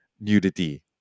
nudity